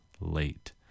late